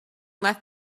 left